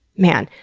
man,